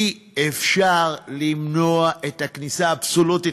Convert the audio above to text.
אי-אפשר למנוע את הכניסה האבסולוטית.